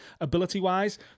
ability-wise